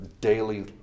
daily